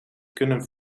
kunnen